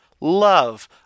love